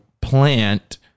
plant